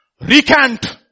recant